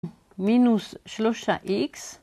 מינוס שלושה איקס.